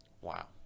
Wow